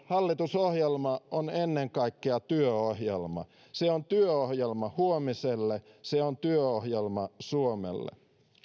hallitusohjelma on ennen kaikkea työohjelma se on työohjelma huomiselle se on työohjelma suomelle